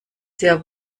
sehr